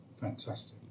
Fantastic